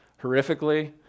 horrifically